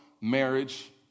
marriage